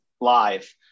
live